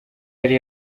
yari